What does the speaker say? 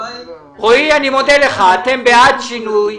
רועי, אני מודה לך, אתם בעד שינוי.